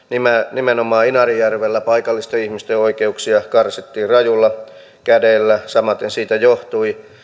nimenomaan inarinjärvellä paikallisten ihmisten oikeuksia karsittiin rajulla kädellä samaten siitä johtui